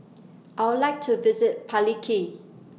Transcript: I Would like to visit Paliki